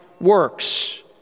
works